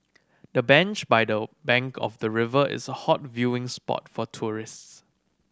the bench by the bank of the river is a hot viewing spot for tourists